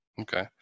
Okay